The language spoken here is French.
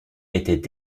étaient